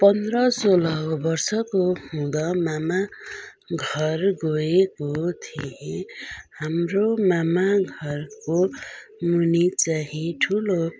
पन्ध्र सोह्र वर्षको हुँदा मामा घर गएको थिएँ हाम्रो मामा घरको मुनि चाहिँ ठुलो